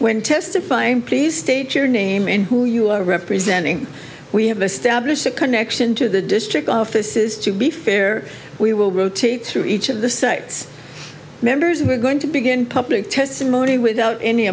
when testifying please state your name in who you are representing we have established a connection to the district offices to be fair we will rotate through each of the six members we're going to begin public testimony without any